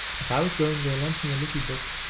as i was going they lent me a little book,